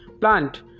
plant